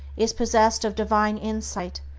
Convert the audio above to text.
is possessed of divine insight,